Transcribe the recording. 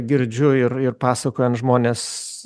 girdžiu ir ir pasakojant žmonės